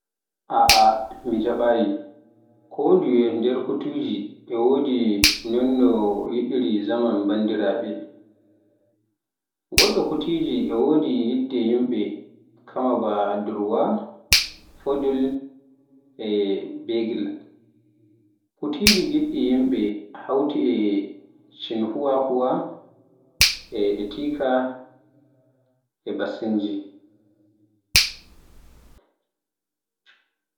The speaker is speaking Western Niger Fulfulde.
A'a mi jaambaayi, konduye nder kutiji e wodi non no yidiri zaman bandiraaɓe. Goɗɗo kutiji e wodi yidde yimɓe kamaa ba, Durwa, Poodle, e Beagle. Kutiji ngiɗɗi yimɓe hawti e Chinhuahua, e Akita, e Basenji.